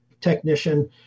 technician